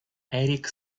eric